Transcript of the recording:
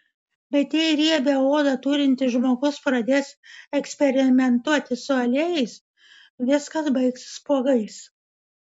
bet jei riebią odą turintis žmogus pradės eksperimentuoti su aliejais viskas baigsis spuogais